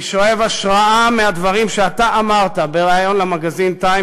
אני שואב השראה מהדברים שאתה אמרת בריאיון למגזין "TIME",